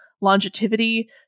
longevity